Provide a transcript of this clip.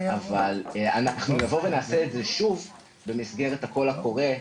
אבל אנחנו נבוא ונעשה את זה שוב במסגרת הקול הקורא,